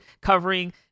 covering